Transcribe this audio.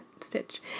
stitch